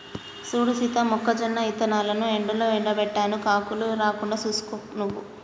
సూడు సీత మొక్కజొన్న ఇత్తనాలను ఎండలో ఎండబెట్టాను కాకులు రాకుండా సూసుకో నువ్వు